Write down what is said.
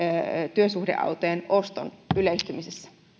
työsuhdeautojen oston yleistymiseen